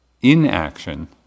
inaction